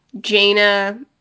Jaina